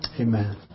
amen